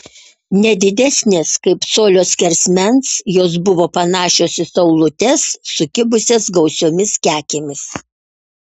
ne didesnės kaip colio skersmens jos buvo panašios į saulutes sukibusias gausiomis kekėmis